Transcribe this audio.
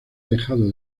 dejado